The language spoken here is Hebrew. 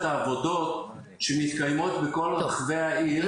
העבודות שמתקיימות בכל רחבי העיר וננסה